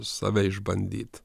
save išbandyti